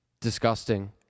disgusting